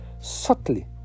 subtly